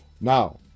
now